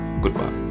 Goodbye